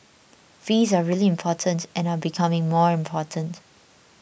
fees are really important and are becoming more important